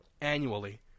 annually